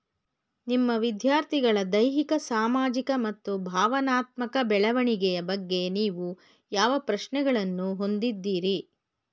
ನಿಮ್ಮ ವಿದ್ಯಾರ್ಥಿಗಳ ದೈಹಿಕ ಸಾಮಾಜಿಕ ಮತ್ತು ಭಾವನಾತ್ಮಕ ಬೆಳವಣಿಗೆಯ ಬಗ್ಗೆ ನೀವು ಯಾವ ಪ್ರಶ್ನೆಗಳನ್ನು ಹೊಂದಿದ್ದೀರಿ?